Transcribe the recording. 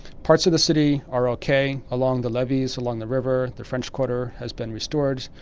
parts of the city are ok, along the levies, along the river, the french quarter has been restored,